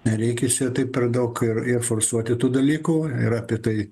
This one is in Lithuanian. nereikia čia taip per daug ir ir forsuoti tų dalykų ir apie tai